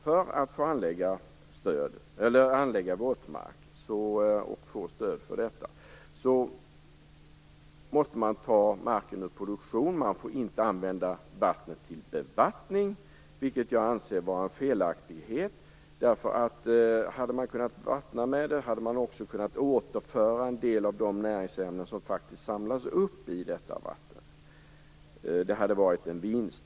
För att få stöd till anläggning av våtmark måste man ta marken ur produktion. Man får inte använda vattnet till bevattning, vilket jag anser vara felaktigt. Hade man kunnat vattna med det hade man också kunnat återföra en del av de näringsämnen som faktiskt samlas upp i detta vatten. Det hade varit en vinst.